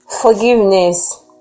Forgiveness